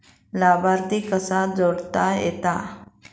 लाभार्थी कसा जोडता येता?